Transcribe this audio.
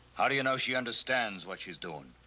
how do you know she understands what she's doing?